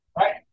right